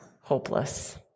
hopeless